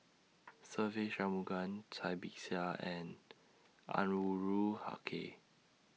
Se Ve Shanmugam Cai Bixia and Anwarul Haque